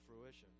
fruition